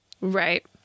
Right